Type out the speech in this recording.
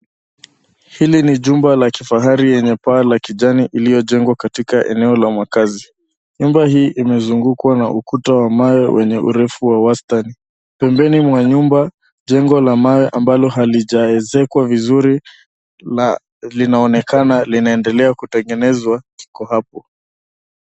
Hili ni jumba la kifahari lenye paa ya kijani iliyojengwa katika eneo la makazi. Nyumba hii imezungukwa na ukuta wa mawe wenye urefu wa wastani. Pembeni mwa nyumba, jengo la mawe ambalo halijaezekwa vizuri na linaonekana linaendelea kutengenezwa liko hapo.